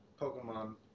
Pokemon